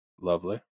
lovely